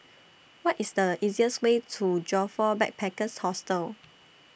What IS The easiest Way to Joyfor Backpackers' Hostel